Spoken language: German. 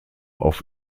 auf